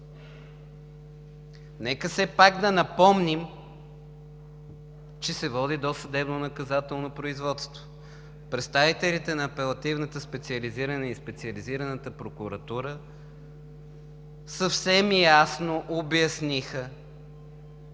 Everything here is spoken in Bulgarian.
Нека все пак да напомним, че се води досъдебно наказателно производство. Представителите на Апелативната специализирана и Специализираната прокуратури съвсем ясно обясниха,